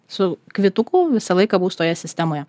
su kvituku visą laiką bus toje sistemoje